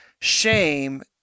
shame